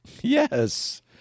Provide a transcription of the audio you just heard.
Yes